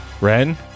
Ren